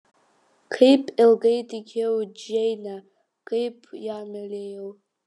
kaip ilgai tikėjau džeine kaip ją mylėjau